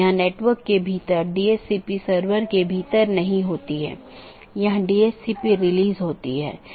और फिर दूसरा एक जीवित है जो यह कहता है कि सहकर्मी उपलब्ध हैं या नहीं यह निर्धारित करने के लिए कि क्या हमारे पास वे सब चीजें हैं